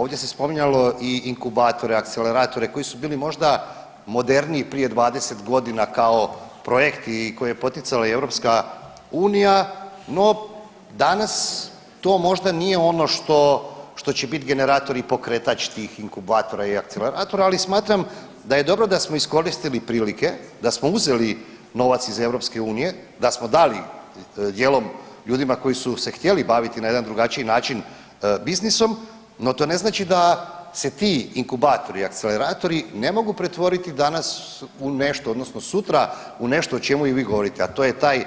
Ovdje se spominjalo i inkubatore i akceleratore koji su bili možda moderniji prije 20.g. kao projekti koje je poticala i EU, no danas to možda nije ono što, što će bit generator i pokretač tih inkubatora i akceleratora, ali smatram da je dobro da smo iskoristili prilike da smo uzeli novac iz EU, da smo dali dijelom ljudima koji su se htjeli baviti na jedan drugačiji način biznisom, no to ne znači da se ti inkubatori i akceleratori ne mogu pretvoriti danas u nešto odnosno sutra u nešto o čemu i vi govorite, a to je taj